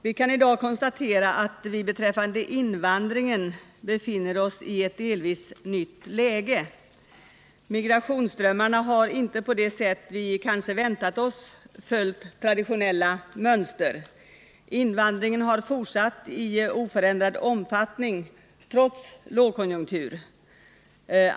Vi kan i dag konstatera att vi beträffande invandringen befinner oss i ett delvis nytt läge. Migrationsströmmarna har inte på det sätt vi kanske väntat oss följt traditionella mönster. Invandringen har fortsatt i oförändrad omfattning trots lågkonjunktur.